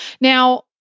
now